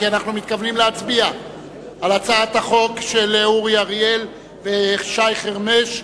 כי אנחנו מתכוונים להצביע על הצעת החוק של אורי אריאל ושל ושי חרמש.